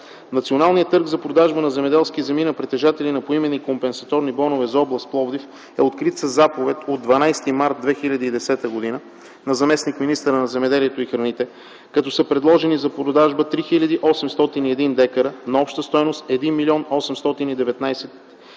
Националният търг за продажба на земеделски земи на притежатели на поименни компенсаторни бонове за област Пловдив е открит със Заповед от 12 март 2010 г. на заместник-министъра на земеделието и храните, като са предложени за продажба 3801 дка на обща стойност 1 млн. 819 хил.